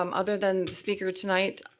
um other than the speaker tonight,